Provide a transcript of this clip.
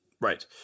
Right